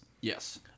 Yes